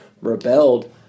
rebelled